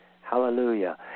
Hallelujah